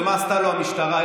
ומה עשתה לו המשטרה,